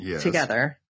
together